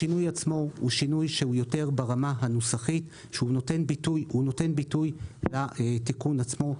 השינוי עצמו הוא שינוי יותר ברמה הנוסחית ונותן ביטוי לתיקון עצמו,